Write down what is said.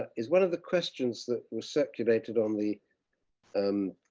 ah is one of the questions that were circulated on the um